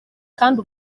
kandi